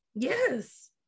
Yes